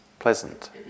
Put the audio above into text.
Pleasant